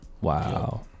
Wow